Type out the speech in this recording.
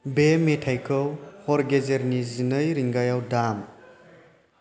बे मेथाइखौ हर गेजेरनि जिनै रिंगायाव दाम